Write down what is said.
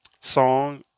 Song